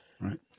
Right